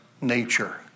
nature